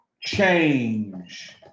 change